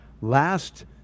last